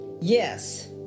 Yes